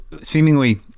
seemingly